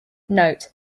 note